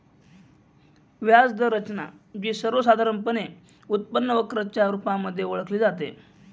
व्याज दर रचना, जी सर्वसामान्यपणे उत्पन्न वक्र च्या रुपामध्ये ओळखली जाते